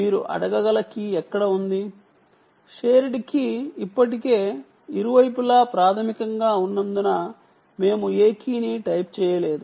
మీరు అడగగల shared key ఇప్పటికే ఇరువైపులా ప్రాధమికంగా ఉన్నందున మేము ఏ కీ ని టైప్ చేయలేదు